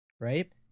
right